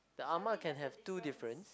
the ah ma can have two difference